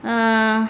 err